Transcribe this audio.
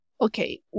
okay